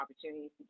opportunities